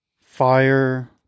fire